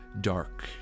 dark